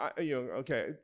okay